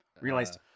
realized